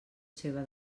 seva